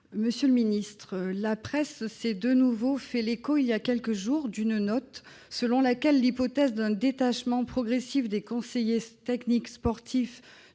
Monsieur le secrétaire d'État, la presse s'est de nouveau fait l'écho, il y a quelques jours, d'une note selon laquelle l'hypothèse d'un détachement progressif des conseillers techniques sportifs